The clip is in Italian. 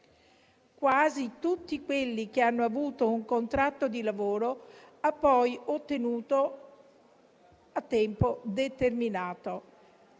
quasi tutti quelli che hanno avuto un contratto di lavoro hanno ottenuto il tempo determinato.